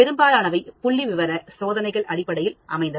பெரும்பாலானவை புள்ளிவிவர சோதனைகள் அடிப்படையில் அமைந்தவை